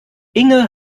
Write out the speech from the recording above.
inge